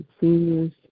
seniors